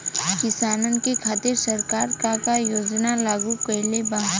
किसानन के खातिर सरकार का का योजना लागू कईले बा?